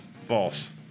False